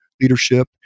leadership